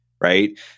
right